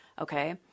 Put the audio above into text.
Okay